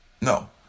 No